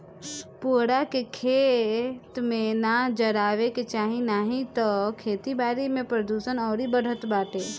पुअरा के, खेत में ना जरावे के चाही नाही तअ खेती बारी में प्रदुषण अउरी बढ़त बाटे